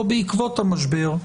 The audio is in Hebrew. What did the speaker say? או בעקבות המשבר,